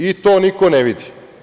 I to niko ne vidi.